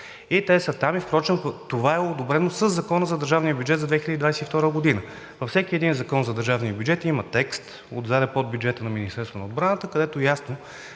те са там, и това е одобрено със Закона за държавния бюджет за 2022 г. Във всеки един закон за държавния бюджет има текст, отзад – под бюджета на Министерството на отбраната, където ясно